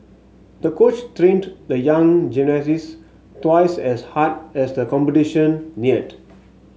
the coach trained the young gymnast twice as hard as the competition neared